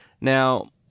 Now